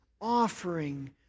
offering